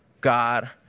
God